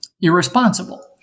irresponsible